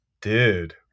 Dude